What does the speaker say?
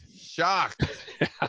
shocked